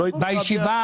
אני לא יודע לאמוד את זה,